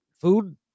food